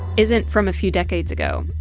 isn't from a few decades ago.